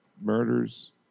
Murders